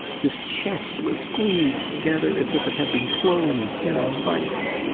his chest was squeezed together as if it had been closed in a vice.